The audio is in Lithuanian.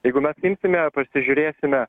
jeigu mes imsime pasižiūrėsime